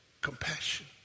compassion